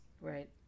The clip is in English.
Right